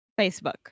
Facebook